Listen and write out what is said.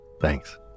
Thanks